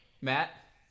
Matt